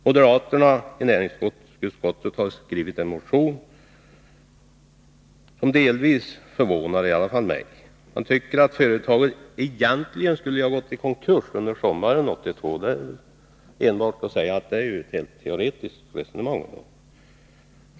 Moderaterna i näringsutskottet har skrivit en motion, som delvis förvånar, i alla fall mig. Moderaterna tycker att företaget egentligen skulle ha gått i konkurs under sommaren 1982. Om det är att säga att det enbart är ett teoretiskt resonemang.